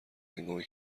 هنگامی